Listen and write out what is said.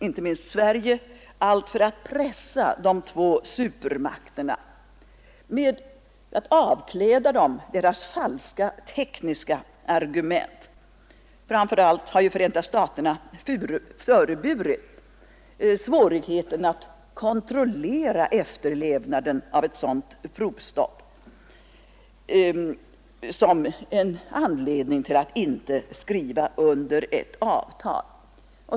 Inte minst Sverige gör allt för att pressa de två supermakterna genom att avkläda dem deras falska tekniska argument. Framför allt har Förenta staterna föreburit svårigheten att kontrollera efterlevnaden av ett underjordiskt provstopp som en anledning till att inte skriva under ett avtal.